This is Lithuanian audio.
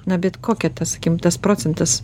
na bet kokia ta sakykim tas procentas